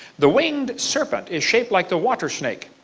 the winged serpent is shaped like the water snake.